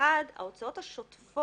האחד, את ההוצאות השוטפות,